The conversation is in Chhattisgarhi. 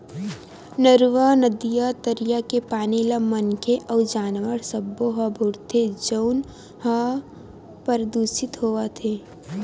नरूवा, नदिया, तरिया के पानी ल मनखे अउ जानवर सब्बो ह बउरथे जउन ह परदूसित होवत हे